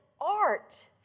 art